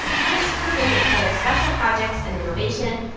chris turpin is head of special projects and innovation.